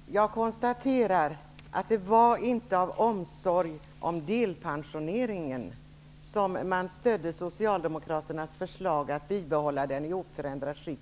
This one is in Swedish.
Herr talman! Jag konstaterar att det inte var av omsorg om delpensioneringen som man stödde Socialdemokraternas förslag förra året om att bibehålla denna i oförändrat skick.